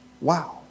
Wow